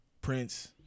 Prince